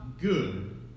good